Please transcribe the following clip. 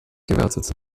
gewertet